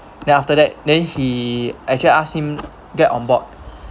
then after that then he actually ask him get on board